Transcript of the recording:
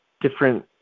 different